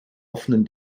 offenen